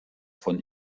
von